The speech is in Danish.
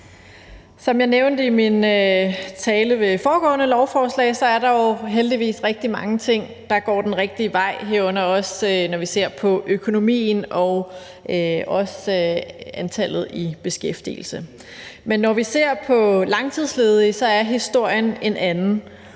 Som jeg nævnte i min tale ved foregående lovforslag, er der jo heldigvis rigtig mange ting, der går den rigtige vej, herunder også, når vi ser på økonomien og også på antallet i beskæftigelse. Men når vi ser på langtidsledige, er historien en anden,